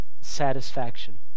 Satisfaction